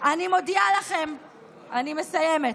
אני מסיימת.